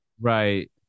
Right